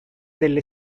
delle